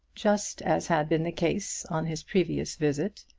just as had been the case on his previous visit.